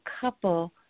couple